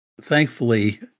Thankfully